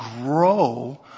grow